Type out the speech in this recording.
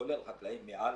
כולל חקלאים מעלמה,